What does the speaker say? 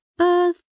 Earth